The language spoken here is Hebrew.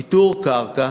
איתור קרקע,